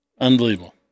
Unbelievable